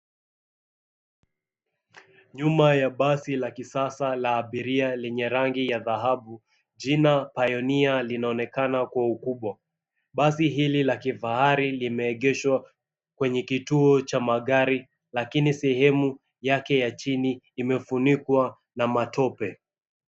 Nyuma ya basi la kisasa la abiria lenye rangi ya dhahabu jina PIONEER linaonekana kwa ukubwa. Basi hili la kifahari limeegeshwa kwenye kituo cha magari lakini sehemu yake ya chini imefunikwa na matope.